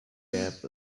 gap